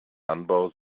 anbau